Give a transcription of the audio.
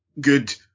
good